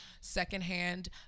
secondhand